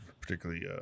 particularly